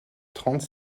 trente